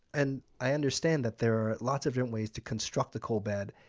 and i understand that there are lots of yeah ways to construct the coal bed,